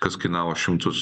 kas kainavo šimtus